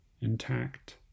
intact